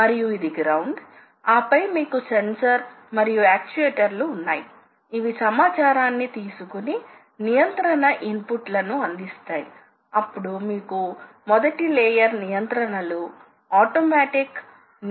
మనకు వివిధ రకాల మెషినింగ్ ప్రక్రియలు ఉన్నాయి సర్వ సాధారణమైనది టర్నింగ్ ఇది మన కు లేత్ యంత్రాల్లో కనిపిస్తుంది